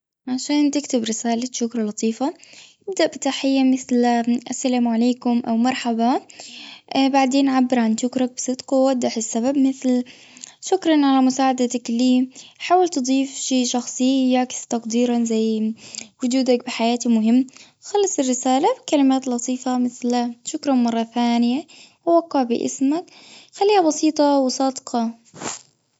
عشان تكتب رسالة شكر لطيفة. تبدأ بتحية مثل السلام عليكم أو مرحبا. اه بعدين عبر عن شكرك بصوتكم ووضح السبب مثل شكرا على مساعدتك له. حاول تضيف شي شخصية يعكس تقديرا زين. وجودك بحياتي مهم. خلص الرسالة. كلمات لطيفة شكرا مرة ثانية ووقع باسمك. خليها بسيطة وصادقة